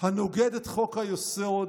הנוגד את חוק-היסוד,